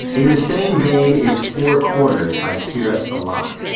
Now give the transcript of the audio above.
in the same vein is four corners, by kira salak,